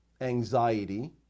anxiety